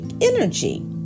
energy